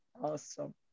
awesome